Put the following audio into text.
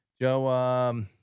Joe